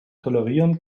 tolerieren